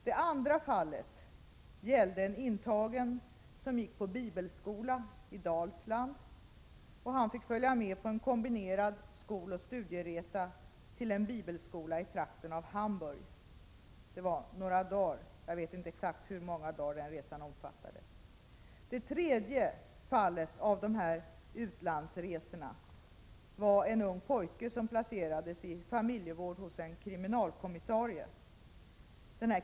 Det andra fallet gällde en intagen som gick på bibelskola i Dalsland. Han fick följa med på en kombinerad skoloch studieresa till en bibelskola i trakten av Hamburg. Jag vet inte exakt hur många dagar resan omfattade. Det tredje fallet av dessa utlandsresor gällde en ung pojke som placerats i familjevård hos en kriminalkommissarie.